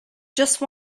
just